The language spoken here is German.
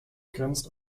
grenzt